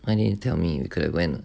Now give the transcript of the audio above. why didn't you tell me we could've went